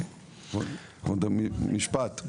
כבוד יושב הראש, משפט.